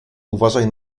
uważaj